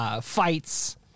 fights